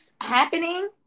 happening